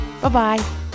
Bye-bye